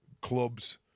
clubs